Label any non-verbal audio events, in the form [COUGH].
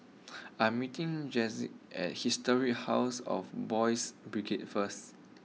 [NOISE] I am meeting Jacquez at Historic house of Boys' Brigade first